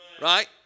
Right